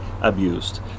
abused